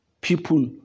people